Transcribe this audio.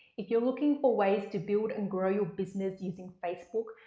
if you're looking for ways to build and grow your business using facebook,